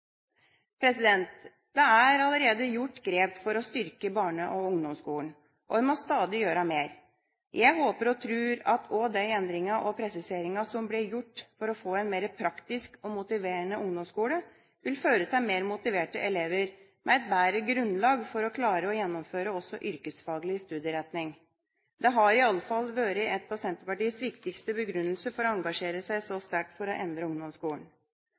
Det er allerede gjort grep for å styrke barne- og ungdomsskolen, og en må stadig gjøre mer. Jeg håper og tror at også de endringene og presiseringene som blir gjort for å få en mer praktisk og motiverende ungdomsskole, vil føre til mer motiverte elever med et bedre grunnlag for å klare å gjennomføre også yrkesfaglig studieretning. Det har i alle fall vært en av Senterpartiets viktige begrunnelser for å engasjere seg så sterkt for å endre ungdomsskolen.